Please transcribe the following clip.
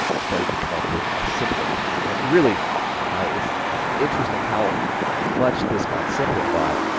started to come up with a simpler method and really it's interesting how much this got simplified